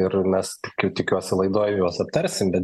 ir mes tikiu tikiuosi laidoj juos aptarsim bent